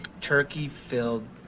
turkey-filled